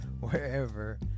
wherever